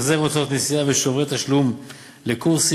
החזר הוצאות נסיעה ושוברי תשלום לקורסים,